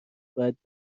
باید